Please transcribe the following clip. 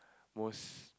most